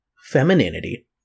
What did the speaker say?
femininity